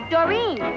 Doreen